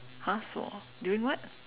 !huh! so during what